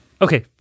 okay